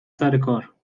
سرکار